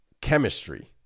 chemistry